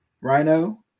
Rhino